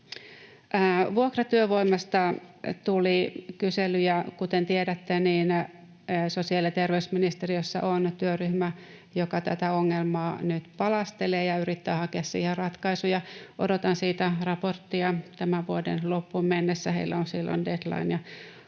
Vuokratyövoimasta tuli kyselyjä. Kuten tiedätte, sosiaali- ja terveysministeriössä on työryhmä, joka tätä ongelmaa nyt palastelee ja yrittää hakea siihen ratkaisuja. Odotan siitä raporttia tämän vuoden loppuun mennessä — heillä on silloin deadline